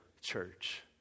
church